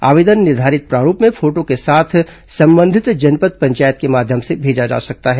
आवेदन निर्धारित प्रारूप में फोटो के साथ संबंधित जनपद पंचायत के माध्यम से भेजा जा सकता है